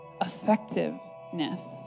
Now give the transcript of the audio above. effectiveness